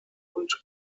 und